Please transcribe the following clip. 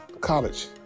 college